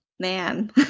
man